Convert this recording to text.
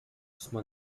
smo